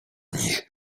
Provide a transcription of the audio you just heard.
nich